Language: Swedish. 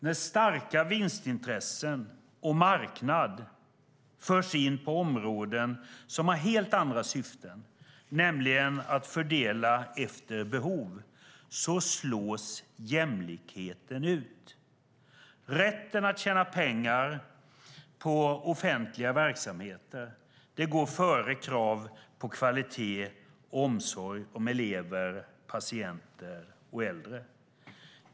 När starka vinstintressen och marknad förs in på områden som har helt andra syften, nämligen att fördela efter behov, slås jämlikheten ut. Rätten att tjäna pengar på offentliga verksamheter går före krav på kvalitet och omsorg om elever, patienter och äldre.